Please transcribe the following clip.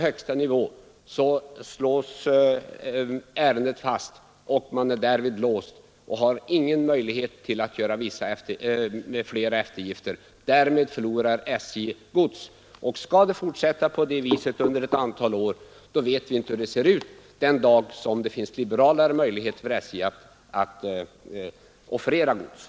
Det kan dock rimligen inte begäras att SJ — som herr Sellgren tydligen förutsätter — skall tillämpa en prisdifferentiering med hänsyn till om ifrågavarande transporter sker på trafiksvaga bandelar eller bandelar som ingår i affärsbanenätet. Det skulle vara olämpligt både från principiella synpunkter och av rättviseskäl.